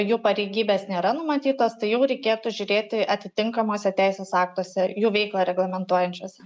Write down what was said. jų pareigybės nėra numatytos tai jau reikėtų žiūrėti atitinkamuose teisės aktuose jų veiklą reglamentuojančiuose